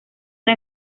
una